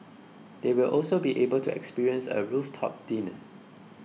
they will also be able to experience a rooftop dinner